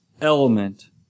element